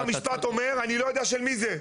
-- בית המשפט אומר: אני לא יודע של מי זה.